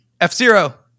F-Zero